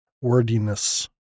Wordiness